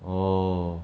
orh